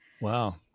wow